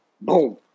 boom